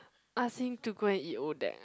ask him to go and eat Odette